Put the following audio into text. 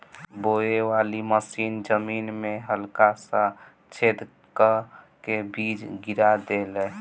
बोवे वाली मशीन जमीन में हल्का सा छेद क के बीज गिरा देले